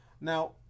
Now